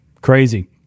Crazy